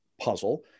puzzle